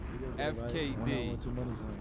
FKD